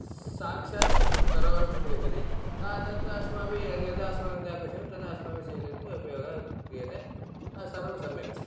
साक्षात् सरोवरं प्रति गच्छति तत् अस्माभिः यदा अस्माकं कृते अपेक्षितं तदा अस्माभिः स्वीकृत्य उपयोगः क्रियते सर्वं सम्यक् अस्ति